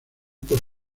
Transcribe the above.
por